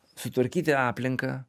sutvarkyti aplinką